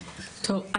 טוב,